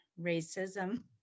racism